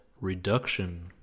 reduction